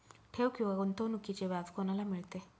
ठेव किंवा गुंतवणूकीचे व्याज कोणाला मिळते?